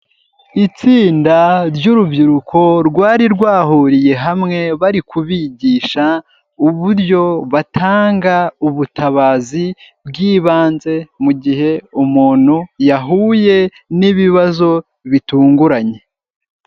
Itsinda ry'urubyiruko rwari rwahuriye hamwe bari kubigisha uburyo batanga ubutabazi bw'ibanze, mu gihe umuntu yahuye n'ibibazo bitunguranye.